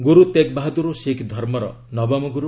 ଗୁରୁ ତେଗ୍ ବାହାଦୁର ଶିଖ ଧର୍ମର ନବମ ଗୁରୁ